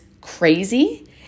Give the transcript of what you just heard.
crazy